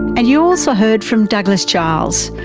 and you also heard from douglas charles,